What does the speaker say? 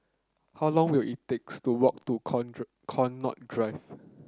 how long will it takes to walk to Connaught Drive